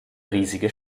riesige